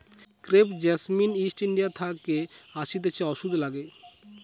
crepe jasmine East India থাকে আসতিছে ওষুধে লাগে